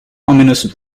ominous